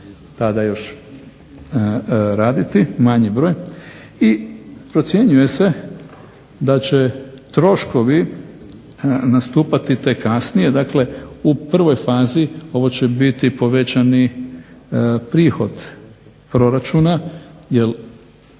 tada još raditi, manji broj. I procjenjuje se da će troškovi nastupati tek kasnije, dakle u prvoj fazi ovo će biti povećani prihod proračuna. Jer